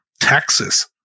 Texas